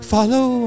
Follow